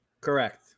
Correct